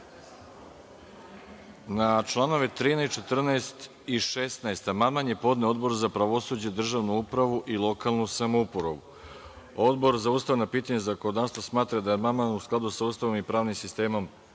članove 13, 14. i 16. amandman je podneo Odbor za pravosuđe, državnu upravu i lokalnu samoupravu. Odbor za ustavna pitanja i zakonodavstvo smatra da je amandman u skladu sa Ustavom i pravnim sistemom